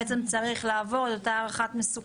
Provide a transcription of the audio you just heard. אז אותו רואה חשבון גם צריך לעבור הערכת מסוכנות.